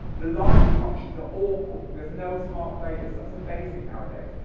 the library functions are awful, there's no smart playlist. that's a basic nowadays.